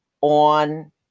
on